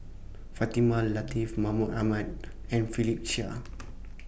Fatimah Lateef Mahmud Ahmad and Philip Chia